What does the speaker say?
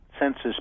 census